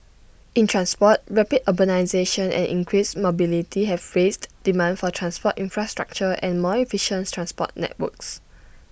in transport rapid urbanisation and increased mobility have raised demand for transport infrastructure and more efficient transport networks